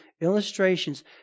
illustrations